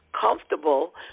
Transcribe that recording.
comfortable